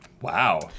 wow